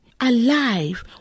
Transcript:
alive